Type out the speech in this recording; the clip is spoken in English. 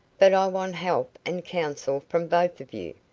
but i want help and counsel from both of you.